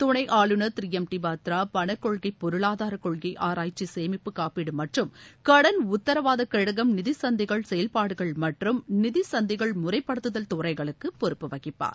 துணைஆளுநர் திருளம் டி பாத்ராபணகொள்கைபொருளாதாரகொள்கைஆராய்ச்சிசேமிட்புகாப்பீடுமற்றும் கடன் உத்தரவாதகழகம் நிதிசந்தைகள்செய்ல்பாடுகள் மற்றும் நிதிசந்தைகள்முறைப்படுத்துதல் துறைகளுக்குப் பொறுப்பு வகிப்பார்